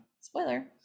spoiler